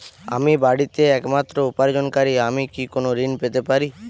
আমি বাড়িতে একমাত্র উপার্জনকারী আমি কি কোনো ঋণ পেতে পারি?